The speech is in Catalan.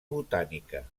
botànica